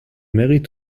married